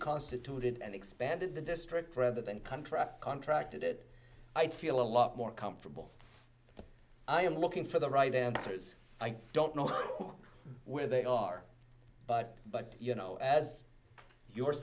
constituted and expanded the district rather than country contracted it i feel a lot more comfortable i am looking for the right answers i don't know where they are but but you know as you